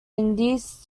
indies